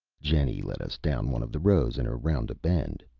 jenny led us down one of the rows and around a bend.